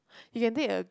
you can take a